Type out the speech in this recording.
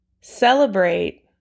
celebrate